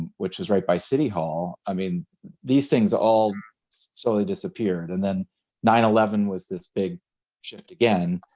and which was right by city hall, i mean these things all slowly disappeared. and then nine eleven was this big shift again.